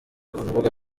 urubuga